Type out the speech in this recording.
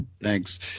Thanks